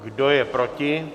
Kdo je proti?